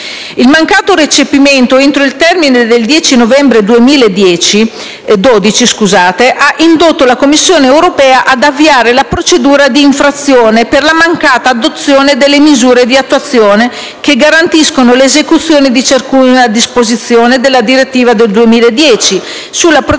Il mancato recepimento entro il termine del 10 novembre 2012 ha indotto la Commissione europea ad avviare la procedura di infrazione per la mancata adozione delle misure di attuazione che garantiscono l'esecuzione di ciascuna disposizione della direttiva del 2010 sulla protezione